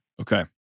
Okay